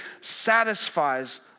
satisfies